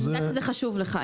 אני יודע שזה חשוב לך,